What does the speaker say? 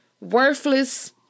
worthless